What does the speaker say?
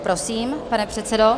Prosím, pane předsedo.